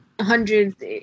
hundreds